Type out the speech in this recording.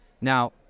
Now